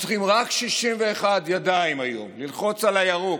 צריכים רק 61 ידיים היום ללחוץ על הירוק,